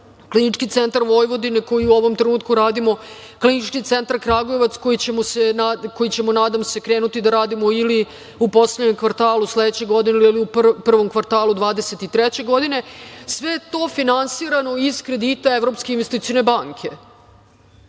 Klinički centar Vojvodine koji u ovom trenutku radimo, Klinički centar Kragujevac koji ćemo, nadam se, krenuti da radimo ili u poslednjem kvartalu sledeće godine ili u prvom kvartalu 2023. godine, sve je to finansirano iz kredita Evropske investicione banke.